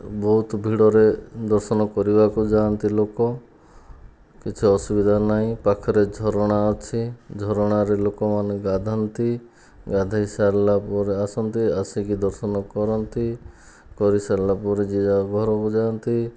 ବହୁତ ଭିଡ଼ରେ ଦର୍ଶନ କରିବାକୁ ଯାଆନ୍ତି ଲୋକ କିଛି ଅସୁବିଧା ନାହିଁ ପାଖରେ ଝରଣା ଅଛି ଝରଣାରେ ଲୋକମାନେ ଗାଧାନ୍ତି ଗାଧୋଇ ସରିଲା ପରେ ଆସନ୍ତି ଆସିକି ଦର୍ଶନ କରନ୍ତି କରି ସାରିଲା ପରେ ଯିଏ ଯାହା ଘରକୁ ଯାଆନ୍ତି